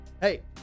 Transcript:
Hey